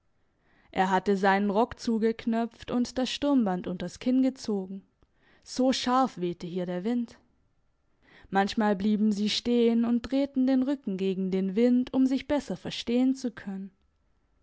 er hatte seinen rock zugeknöpft und das sturmband unters kinn gezogen so scharf wehte hier der wind manchmal blieben sie stehen und drehten den rücken gegen den wind um sich besser verstehen zu können